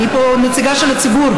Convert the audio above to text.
אני פה נציגה של הציבור.